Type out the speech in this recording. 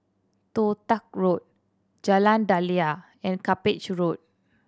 Toh Tuck Road Jalan Daliah and Cuppage Road